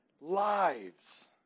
lives